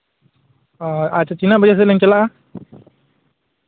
ᱦᱳᱭ ᱟᱪᱪᱷᱟ ᱛᱤᱱᱟᱹᱜ ᱵᱟᱡᱮ ᱥᱮᱫ ᱞᱤᱧ ᱪᱟᱞᱟᱜᱼᱟ